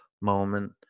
Moment